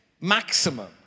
maximum